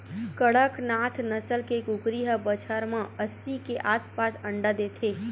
कड़कनाथ नसल के कुकरी ह बछर म अस्सी के आसपास अंडा देथे